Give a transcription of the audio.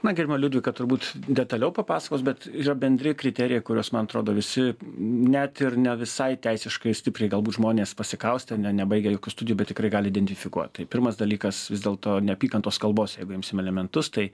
na gerbiama liudvika turbūt detaliau papasakos bet yra bendri kriterijai kuriuos man atrodo visi net ir ne visai teisiškai stipriai galbūt žmonės pasikaustę ne nebaigę studijų bet tikrai gali identifikuot tai pirmas dalykas vis dėlto neapykantos kalbos jeigu imsim elementus tai